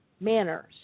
manners